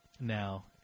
now